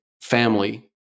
family